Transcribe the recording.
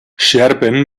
scherben